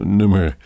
nummer